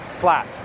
flat